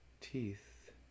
teeth